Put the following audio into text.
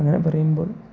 അങ്ങനെ പറയുമ്പോൾ